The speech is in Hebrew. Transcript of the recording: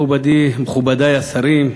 מכובדי השרים,